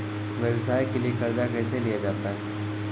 व्यवसाय के लिए कर्जा कैसे लिया जाता हैं?